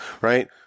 right